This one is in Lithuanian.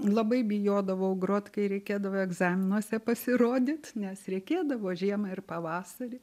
labai bijodavau grot kai reikėdavo egzaminuose pasirodyt nes reikėdavo žiemą ir pavasarį